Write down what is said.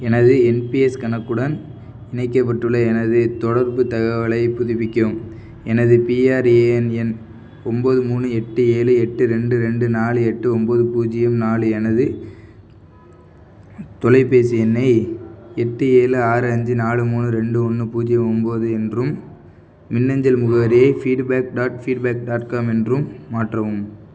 எனது என்பிஎஸ் கணக்குடன் இணைக்கப்பட்டுள்ள எனது தொடர்புத் தகவலைப் புதுப்பிக்கவும் எனது பிஆர்ஏஎன் எண் ஒம்பது மூணு எட்டு ஏழு எட்டு ரெண்டு ரெண்டு நாலு எட்டு ஒம்பது பூஜ்ஜியம் நாலு எனது தொலைபேசி எண்ணை எட்டு ஏழு ஆறு அஞ்சு நாலு மூணு ரெண்டு ஒன்று பூஜ்ஜியம் ஒம்பது என்றும் மின்னஞ்சல் முகவரி feedback dot feedback dot com என்றும் மாற்றவும்